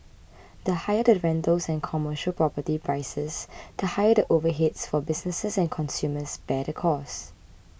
the higher the rentals and commercial property prices the higher the overheads for businesses and consumers bear the costs